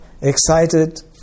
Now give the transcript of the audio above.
excited